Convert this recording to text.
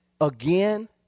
Again